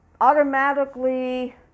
automatically